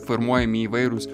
formuojami įvairūs